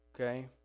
Okay